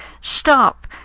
stop